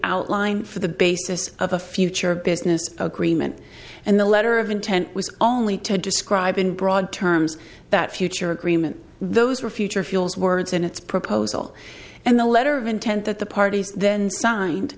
outline for the basis of a future business agreement and the letter of intent was only to describe in broad terms that future agreement those were future fuels words in its proposal and the letter of intent that the parties then signed